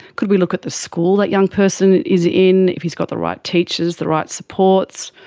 could we look at the school that young person is in, if he's got the right teachers, the right supports?